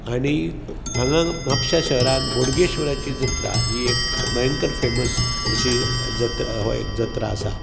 आनी हांगा म्हापशां शहरान बोडगेश्वराची जात्रा ही एक भयंकर फॅमस अशी जत्रा वा एक जात्रा आसा